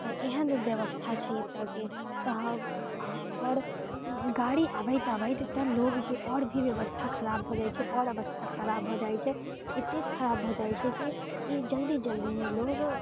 एहन व्यवस्था छै एतौके तऽ हम आओर गाड़ी अबैत अबैत तऽ लोकके आओर भी व्यवस्था खराब भऽ जाइ छै आओर अवस्था खराब भऽ जाइ छै एते खराब भऽ जाइ छै की ई जल्दी जल्दीमे लोग